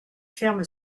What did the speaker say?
ferme